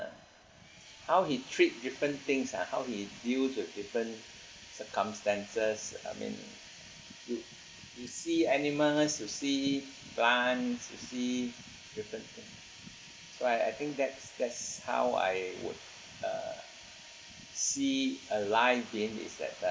how he treat different things ah how he deals with different circumstances I mean to to see animals to see plants to see different thing right I think that's that's how I would uh see a life being is better